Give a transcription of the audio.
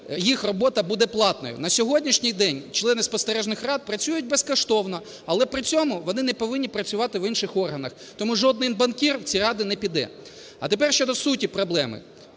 їх робота буде платною. На сьогоднішній день члени спостережних рад працюють безкоштовно, але при цьому вони не повинні працювати в інших органах. Тому жоден банкір в ці ради не піде. А тепер щодо суті проблеми.